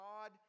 God